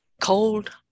cold